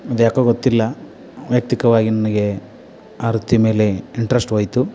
ನಂಗೆ ಯಾಕೋ ಗೊತ್ತಿಲ್ಲ ವೈಯಕ್ತಿಕವಾಗಿ ನನಗೆ ಆ ವೃತ್ತಿ ಮೇಲೆ ಇಂಟ್ರೆಸ್ಟ್ ಹೋಯಿತು